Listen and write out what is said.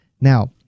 Now